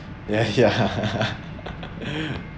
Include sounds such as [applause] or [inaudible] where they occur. ya ya [laughs]